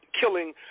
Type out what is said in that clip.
killing